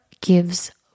gives